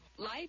Life